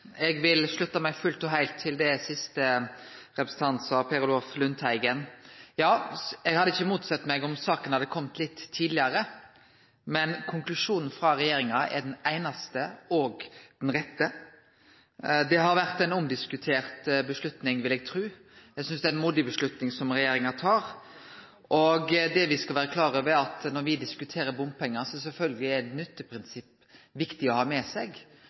Eg vil slutte meg fullt og heilt til det siste som representanten Lundteigen sa. Eg hadde ikkje motsett meg det om saka hadde kome tidlegare. Men konklusjonen frå regjeringa er den einaste rette. Det har vore ei omdiskutert avgjerd, vil eg tru. Eg synest det er ei modig avgjerd regjeringa har tatt. Vi skal vere klare over at når vi diskuterer bompengar, er det sjølvsagt viktig å ha med seg